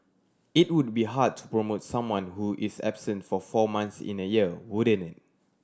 it would be hard to promote someone who is absent for four months in a year wouldn't it